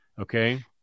okay